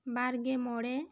ᱵᱟᱨ ᱜᱮ ᱢᱚᱬᱮ